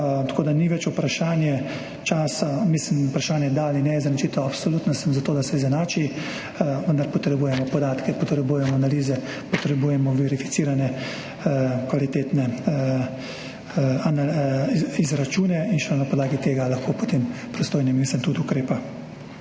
tako da ni več vprašanje, da ali ne izenačitev, absolutno sem za to, da se izenači, vendar potrebujemo podatke, potrebujemo analize, potrebujemo verificirane, kvalitetne izračune in šele na podlagi tega lahko potem pristojni minister tudi ukrepa.